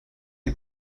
die